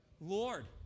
Lord